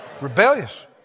Rebellious